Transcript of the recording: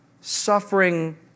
suffering